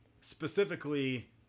specifically